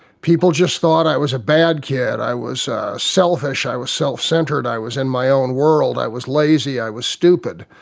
people just thought i was a bad kid, i was selfish, i was self-centred, i was in my own world, i was lazy, i was stupid,